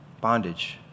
Bondage